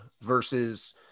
versus